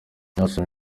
naason